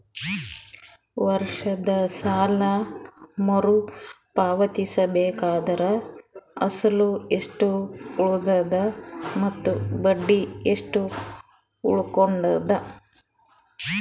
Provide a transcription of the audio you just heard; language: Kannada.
ವರ್ಷದ ಸಾಲಾ ಮರು ಪಾವತಿಸಬೇಕಾದರ ಅಸಲ ಎಷ್ಟ ಉಳದದ ಮತ್ತ ಬಡ್ಡಿ ಎಷ್ಟ ಉಳಕೊಂಡದ?